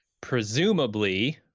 presumably